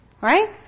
Right